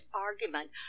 argument